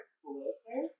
closer